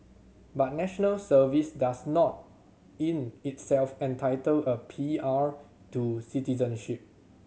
but National Service does not in itself entitle a P R to citizenship